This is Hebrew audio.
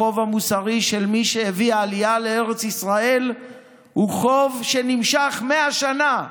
החוב המוסרי של מי שהביא עלייה לארץ ישראל הוא חוב שנמשך 100 שנה,